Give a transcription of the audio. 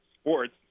sports